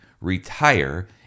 retire